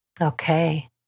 Okay